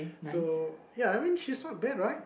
so ya I mean she's not bad right